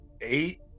Eight